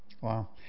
wow